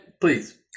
please